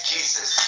Jesus